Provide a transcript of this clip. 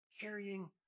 carrying